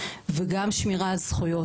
וגם שמירה על זכויות.